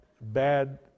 bad